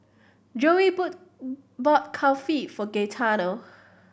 Joey boat bought Kulfi for Gaetano